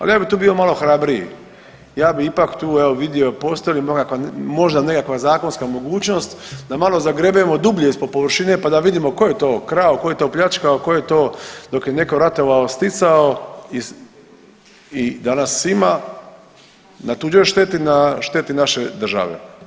Ali ja bi tu bio malo hrabriji, ja bih ipak tu evo vidio postoji li nekakva, možda nekakva zakonska mogućnost da malo zagrebemo dublje ispod površine pa da vidimo tko je to krao, tko je to pljačkao, tko je to dok je netko ratovao sticao i danas ima na tuđoj šteti, na šteti naše države.